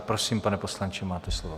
Prosím, pane poslanče, máte slovo.